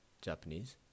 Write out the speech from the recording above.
Japanese